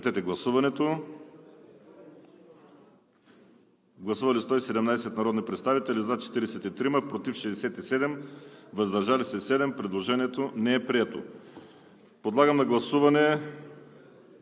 Гласували 117 народни представители: за 43, против 67, въздържали се 7. Предложението не е прието.